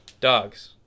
dogs